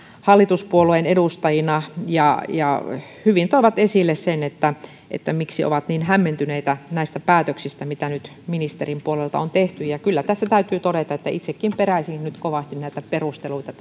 hallituspuolueiden edustajina ja ja hyvin toivat esille sen miksi ovat niin hämmentyneitä näistä päätöksistä mitä nyt ministerin puolelta on tehty ja kyllä tässä täytyy todeta että itsekin peräisin tässä keskustelussa nyt kovasti näitä perusteluita